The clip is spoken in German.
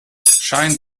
scheint